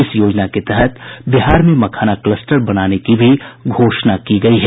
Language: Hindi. इस योजना के तहत बिहार में मखाना कलस्टर बनाने की भी घोषणा की गयी है